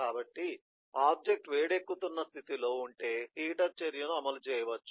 కాబట్టి ఆబ్జెక్ట్ వేడెక్కుతున్న స్థితిలో ఉంటే హీటర్ చర్యను అమలు చేయవచ్చు